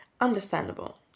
understandable